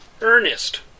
Ernest